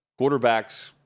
quarterbacks